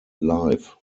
life